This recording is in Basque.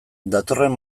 datorren